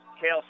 Kale